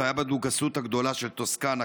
זה היה בדוכסות הגדולה של טוסקנה,